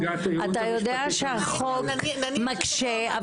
אתה יודע שהחוק מקשה,